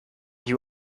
you